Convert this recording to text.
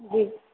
जी